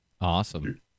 awesome